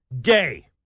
day